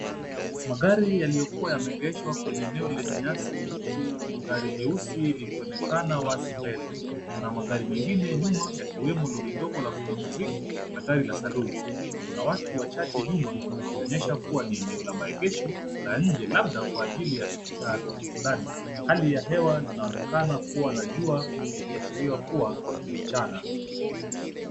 Magari yaliyokuwa yameegeshwa kwenye eneo lenye nyasi, huku gari jeusi likionekana wazi mbele. Kuna magari mengine nyuma yakiwemo lori ndogo la kubeba mzigo na gari la [c] Saloon[c]. Kuna watu wachache nyuma kuonyesha kuwa ni eneo la maegesho la nje, labda kwa ajili ya tukio flani. Hali ya hewa inaonekana kuwa na jua ikiashiria kuwa ni mchana.